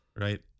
Right